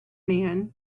man